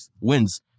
wins